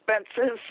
expenses